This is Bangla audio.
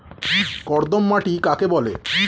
কর্দম মাটি কাকে বলে?